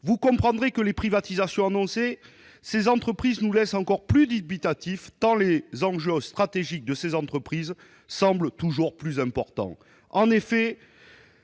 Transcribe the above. Vous comprendrez que les annonces des privatisations de ces entreprises nous laissent encore plus dubitatifs, tant les enjeux stratégiques liés à ces entreprises semblent toujours plus importants. En effet,